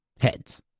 Heads